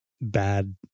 bad